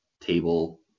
table